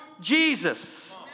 Jesus